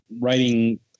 writing